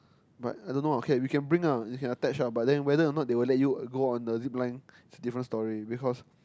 but I don't know ah okay you can bring ah you can attach ah but whether they will let you go on the Zipline it's a different story because